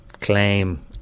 claim